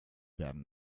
werden